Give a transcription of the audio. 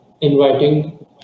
inviting